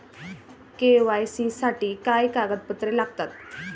KYC साठी काय कागदपत्रे लागतात?